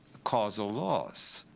causal laws.